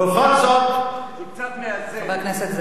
זה קצת מאזן.